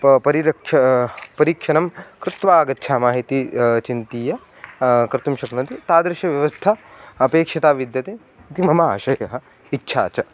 प परिरक्षा परीक्षणं कृत्वा आगच्छामः इति चिन्तीयं कर्तुं शक्नुवन्ति तादृशव्यवस्था अपेक्षिता विद्यते इति मम आशयः इच्छा च